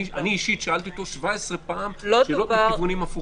אני אישית שאלתי אותו 17 פעם שאלות בכיוונים הפוכים.